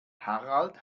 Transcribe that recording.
harald